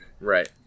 Right